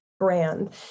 Brand